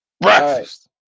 Breakfast